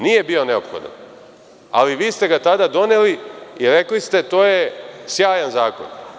Nije bio neophodan, ali vi ste ga tada doneli i rekli ste – to je sjajan zakon.